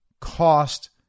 cost